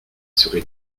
serait